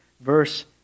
verse